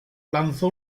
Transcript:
lanzó